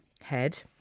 Head